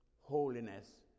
holiness